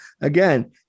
again